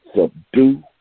subdue